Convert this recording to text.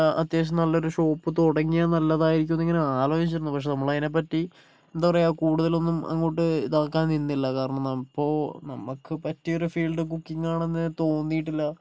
അത്യാവശ്യം നല്ലൊരു ഷോപ്പ് തുടങ്ങിയാൽ നല്ലതായിരിക്കും എന്നിങ്ങനെ ആലോചിച്ചിരുന്നു പക്ഷെ നമ്മളതിനെപ്പറ്റി എന്താ പറയുക കൂടുതലൊന്നും അങ്ങോട്ട് ഇതാക്കാൻ നിന്നില്ല കാരണം അപ്പോൾ നമുക്ക് പറ്റിയൊരു ഫീൽഡ് കുക്കിംഗ് ആണെന്ന് തോന്നിയിട്ടില്ല